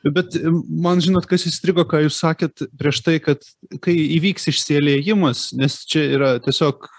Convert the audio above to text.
bet man žinot kas įstrigo ką jūs sakėt prieš tai kad kai įvyks išsiliejimas nes čia yra tiesiog